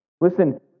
listen